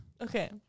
Okay